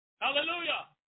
Hallelujah